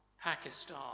Pakistan